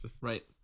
right